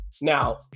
Now